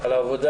על העבודה.